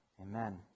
Amen